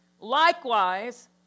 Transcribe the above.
Likewise